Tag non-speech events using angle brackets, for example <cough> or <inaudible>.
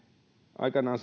aikanaan <unintelligible>